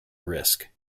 risk